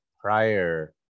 prior